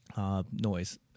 Noise